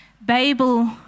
Babel